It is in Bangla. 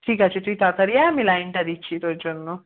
ঠিক আছে তুই তাড়াতাড়ি আয় আমি লাইনটা দিচ্ছি তোর জন্য